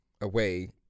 away